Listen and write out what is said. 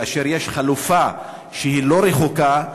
כאשר יש חלופה לא רחוקה,